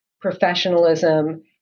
professionalism